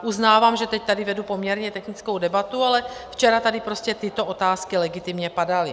Uznávám, že teď tady vedu poměrně technickou debatu, ale včera tady tyto otázky legitimně padaly.